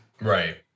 Right